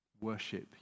worship